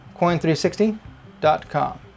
Coin360.com